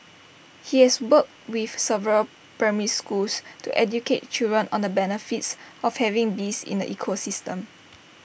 he has worked with several primary schools to educate children on the benefits of having bees in the ecosystem